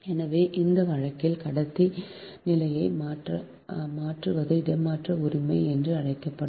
எனவே அந்த வழக்கில் கடத்தி நிலையை மாற்றுவது இடமாற்ற உரிமை என்று அழைக்கப்படும்